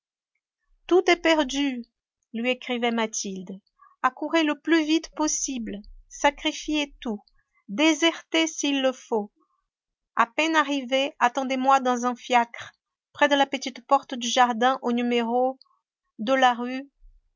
tout est perdu lui écrivait mathilde accourez le plus vite possible sacrifiez tout désertez s'il le faut a peine arrivé attendez-moi dans un fiacre près la petite porte du jardin au no de la rue